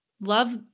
love